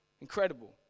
Incredible